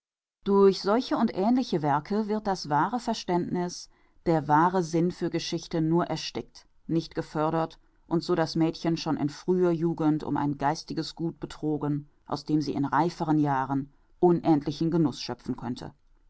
durch solche und ähnliche werke wird das wahre verständniß der wahre sinn für geschichte nur erstickt nicht gefördert und so das mädchen schon in früher jugend um ein geistiges gut betrogen aus dem sie in reiferen jahren unendlichen genuß schöpfen könnte